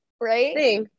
right